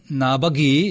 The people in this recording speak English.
nabagi